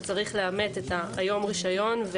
וצריך לאמת היום רישיון,